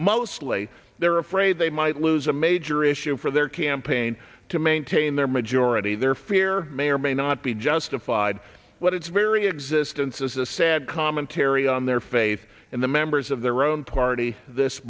mostly they're afraid they might lose a major issue for their campaign to maintain their majority their fear may or may not be justified what its very existence is a sad commentary on their faith and the members of their own party this